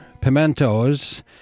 pimentos